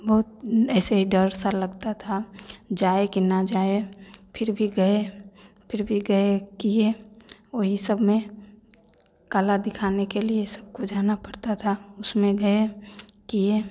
बहुत न ऐसे डर सा लगता था जाए कि न जाए फिर भी गए फिर भी गए किए वही सब में कला दिखाने के लिए सबको जाना पड़ता था उसमें गए किए